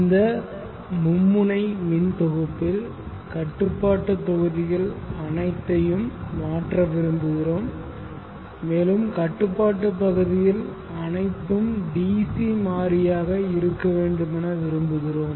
இந்த மும்முனை மின் தொகுப்பில் கட்டுப்பாட்டு தொகுதிகள் அனைத்தையும் மாற்ற விரும்புகிறோம் மேலும் கட்டுப்பாட்டு பகுதியில் அனைத்தும் DC மாறியாக இருக்க வேண்டுமென விரும்புகிறோம்